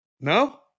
No